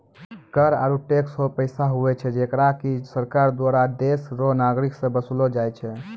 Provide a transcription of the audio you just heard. कर आरू टैक्स हौ पैसा हुवै छै जेकरा की सरकार दुआरा देस रो नागरिक सं बसूल लो जाय छै